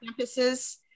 campuses